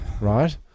right